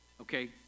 Okay